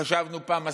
חשבנו פעם,